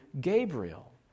Gabriel